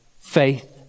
faith